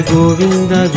Govinda